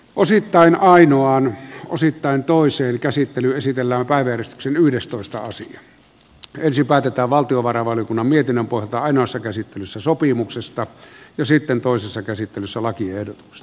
osittain ainoan osittain toiseen käsittelyyn siteillä on kaiverrus yhdestoista ensin päätetään valtiovarainvaliokunnan mietinnön pohjalta ainoassa käsittelyssä sopimuksesta ja sitten toisessa käsittelyssä lakiehdotus